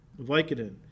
Vicodin